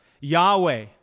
Yahweh